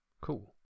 Cool